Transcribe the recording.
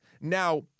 Now